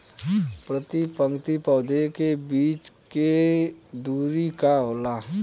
प्रति पंक्ति पौधे के बीच के दुरी का होला?